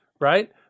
right